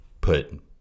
put